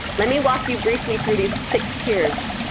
let me walk you briefly through these six tiers.